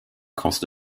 cost